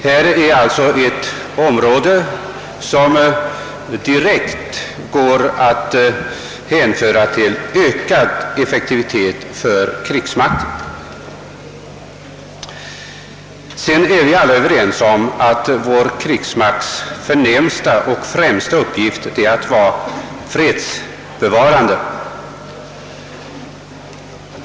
Det gäller alltså här en åtgärd som direkt skulle kunnat medföra ökad effektivitet hos krigsmakten. Vi är alla överens om att vår krigsmakts förnämsta och främsta uppgift är att vara fredsbevarande.